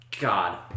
god